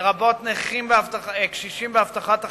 לרבות קשישים והבטחת הכנסה,